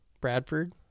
Bradford